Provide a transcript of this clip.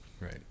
Right